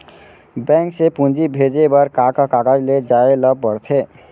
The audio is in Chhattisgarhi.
बैंक से पूंजी भेजे बर का का कागज ले जाये ल पड़थे?